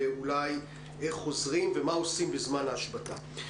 איך חוזרים ומה עושים בזמן ההשבתה.